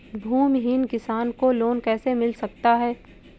भूमिहीन किसान को लोन कैसे मिल सकता है?